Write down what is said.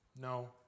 No